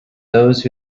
those